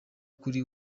kuri